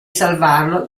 salvarlo